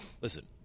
Listen